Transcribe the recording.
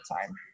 time